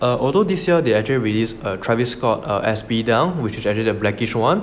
err although this year they actually released err travis scott err S_B dunk which is actually the blackish one